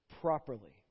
properly